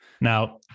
Now